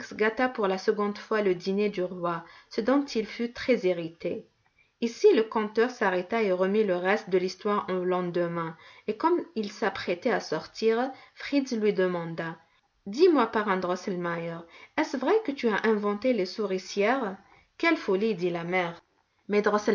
pour la seconde fois le dîner du roi ce dont il fut très irrité ici le conteur s'arrêta et remit le reste de l'histoire au lendemain et comme il s'apprêtait à sortir fritz lui demanda dis-moi parrain drosselmeier est-ce vrai que tu as inventé les souricières quelle folie dit la mère